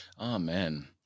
Amen